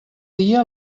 dia